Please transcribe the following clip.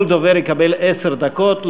כל דובר יקבל עשר דקות.